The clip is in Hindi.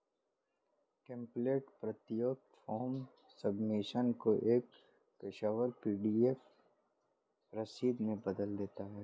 टेम्प्लेट प्रत्येक फॉर्म सबमिशन को एक पेशेवर पी.डी.एफ रसीद में बदल देता है